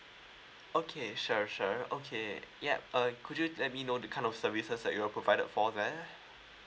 okay sure sure okay yup uh could you let me know the kind of services that you're provided for there